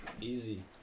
Easy